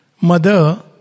mother